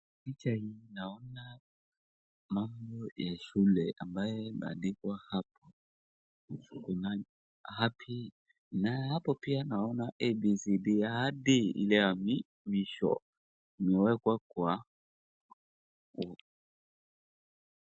Picha hii naona mambo ya shule ambayo imeandikwa hapo, happy na hapo pia naona ABCD hadi ile ya mwisho, imewekwa kwa hapo.